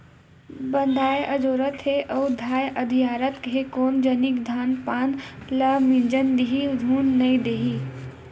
बंधाए अजोरत हे अउ धाय अधियारत हे कोन जनिक धान पान ल मिजन दिही धुन नइ देही